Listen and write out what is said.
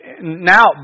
Now